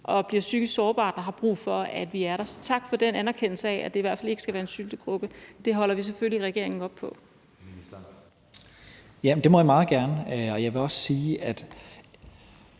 og bliver psykisk sårbare, og som har brug for, at vi er der. Så tak for den anerkendelse af, at det i hvert fald ikke skal være en syltekrukke. Det holder vi selvfølgelig regeringen op på. Kl. 20:14 Anden næstformand (Jeppe Søe):